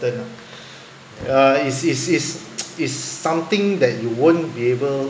uh it's it's it's it's something that you won't be able